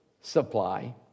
supply